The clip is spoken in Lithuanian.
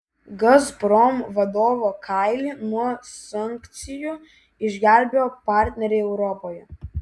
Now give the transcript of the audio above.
gazprom vadovo kailį nuo sankcijų išgelbėjo partneriai europoje